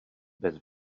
bez